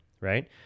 right